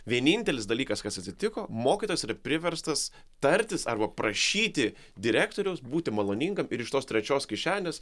vienintelis dalykas kas atsitiko mokytojas yra priverstas tartis arba prašyti direktoriaus būti maloningam ir iš tos trečios kišenės